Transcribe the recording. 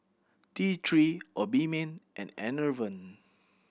T Three Obimin and Enervon